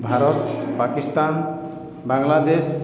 Bharat Pakistan Bangladesh